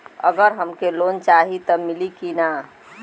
अगर हमके लोन चाही त मिली की ना?